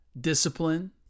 discipline